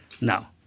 Now